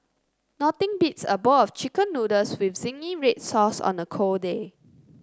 nothing beats a bowl of chicken noodles with zingy red sauce on a cold day